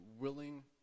willing